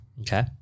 Okay